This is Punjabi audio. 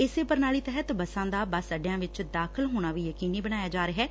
ਇਸੇ ਪ੍ਰਣਾਲੀ ਤਹਿਤ ਬੱਸਾ ਦਾ ਬੱਸ ਅੱਡਿਆਂ ਵਿੱਚ ਦਾਖਲ ਹੋਣਾ ਵੀ ਯਕੀਨੀ ਬਣਾਇਆ ਜਾ ਰਿਹੈ